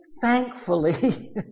thankfully